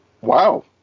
Wow